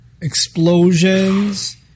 explosions